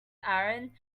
aaron